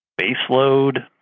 baseload